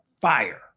fire